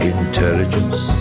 Intelligence